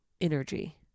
energy